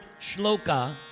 shloka